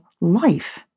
life